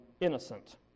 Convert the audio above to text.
innocent